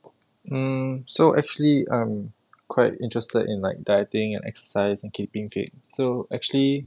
hmm so actually I'm quite interested in like dieting and exercise and keeping fit so actually